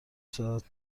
سازد